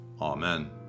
Amen